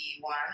one